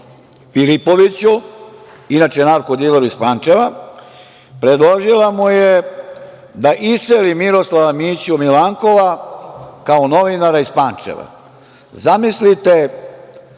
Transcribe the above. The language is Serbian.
Filipoviću, inače narkodileru iz Pančeva, predložila mu je da iseli Miroslava Miću Milankova, kao novinara iz Pančeva. Zamislite